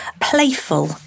playful